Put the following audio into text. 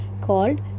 called